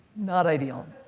not ideal.